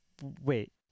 Wait